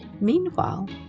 Meanwhile